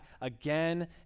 again